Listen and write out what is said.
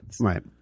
Right